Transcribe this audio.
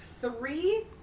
three